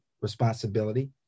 responsibility